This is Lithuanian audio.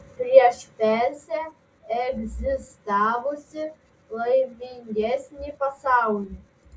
prieš persę egzistavusį laimingesnį pasaulį